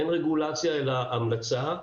אין רגולציה, אלא המלצה.